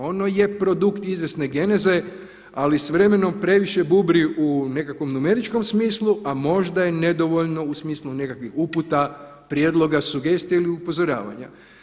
Ono je produkt izvjesne geneze ali s vremenom previše bubri u nekakvom numeričkom smislu a možda je nedovoljno u smislu nekakvih uputa, prijedloga, sugestija ili upozoravanja.